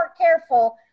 careful